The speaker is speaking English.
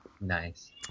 Nice